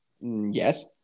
Yes